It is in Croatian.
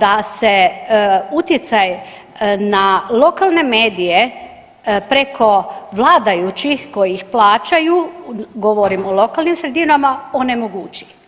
da se utjecaj na lokalne medije, preko vladajućih koji ih plaćaju govorim o lokalnim sredinama, onemogući.